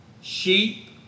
Sheep